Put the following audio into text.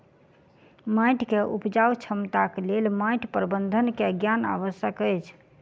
माइट के उपजाऊ क्षमताक लेल माइट प्रबंधन के ज्ञान आवश्यक अछि